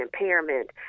impairment